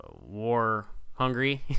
war-hungry